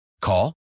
Call